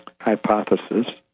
hypothesis